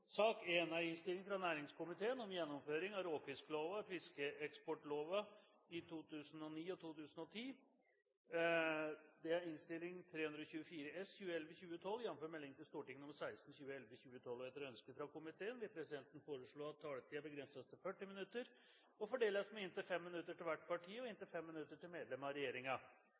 sak nr. 1. Etter ønske fra næringskomiteen vil presidenten foreslå at taletiden begrenses til 40 minutter og fordeles med inntil 5 minutter til hvert parti og inntil 5 minutter til medlem av